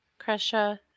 Kresha